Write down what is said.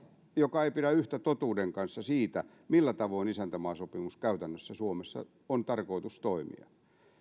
joka ei pidä yhtä totuuden kanssa siitä millä tavoin isäntämaasopimuksen käytännössä suomessa on tarkoitus toimia